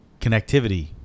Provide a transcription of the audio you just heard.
connectivity